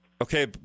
Okay